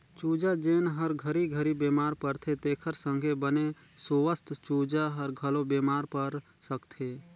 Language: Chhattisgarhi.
चूजा जेन हर घरी घरी बेमार परथे तेखर संघे बने सुवस्थ चूजा हर घलो बेमार पर सकथे